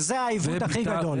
שזה העיוות הכי גדול.